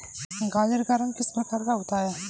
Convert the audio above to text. गाजर का रंग किस प्रकार का होता है?